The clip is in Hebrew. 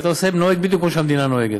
היית נוהג בדיוק כמו שהמדינה נוהגת.